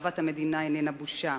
ואהבת המדינה איננה בושה.